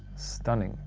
stunning